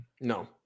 No